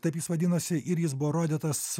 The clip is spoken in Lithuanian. taip jis vadinosi ir jis buvo rodytas